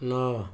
ନଅ